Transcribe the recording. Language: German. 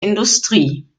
industrie